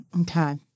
Okay